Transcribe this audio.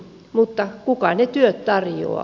mutta kuka ne työt tarjoaa